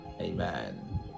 Amen